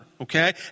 Okay